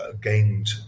gained